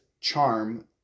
charm